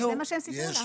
יש זה מה שהם סיפרו לך.